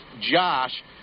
Josh